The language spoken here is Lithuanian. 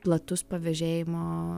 platus pavėžėjimo